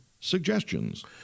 suggestions